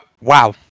Wow